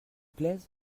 plaisent